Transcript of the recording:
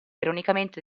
ironicamente